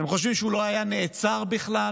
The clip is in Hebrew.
אתם חושבים שהוא לא היה נעצר בכלל